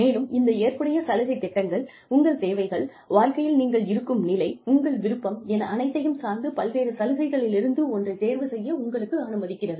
மேலும் இந்த ஏற்புடைய சலுகை திட்டங்கள் உங்கள் தேவைகள் வாழ்க்கையில் நீங்கள் இருக்கும் நிலை உங்கள் விருப்பம் என அனைத்தையும் சார்ந்து பல்வேறு சலுகைகளிலிருந்து ஒன்றைத் தேர்வு செய்ய உங்களை அனுமதிக்கிறது